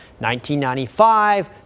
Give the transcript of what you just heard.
1995